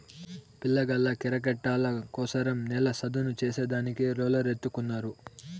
పిల్లగాళ్ళ కిరికెట్టాటల కోసరం నేల చదును చేసే దానికి రోలర్ ఎత్తుకున్నారు